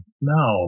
no